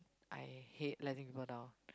I hate letting people down